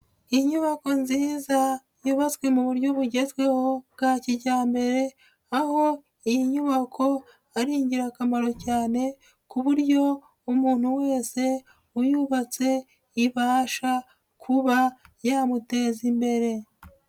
Inyubako nziza yubatswe mu buryo bugezweho bwa kijyambere, aho iyi nyubako ari ingirakamaro cyane ku buryo umuntu wese uyubatse ibasha kuba yamuteza imbere.